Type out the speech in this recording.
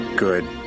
Good